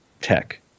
tech